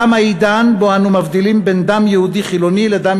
תם העידן שבו אנו מבדילים בין דם יהודי חילוני לדם